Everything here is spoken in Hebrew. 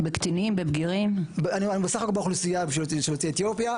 בסך הכול באוכלוסייה של יוצאי אתיופיה.